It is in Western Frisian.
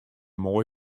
moai